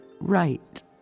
right